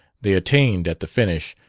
they attained, at the finish,